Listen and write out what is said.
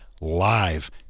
LIVE